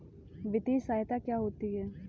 वित्तीय सहायता क्या होती है?